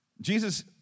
Jesus